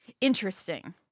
Interesting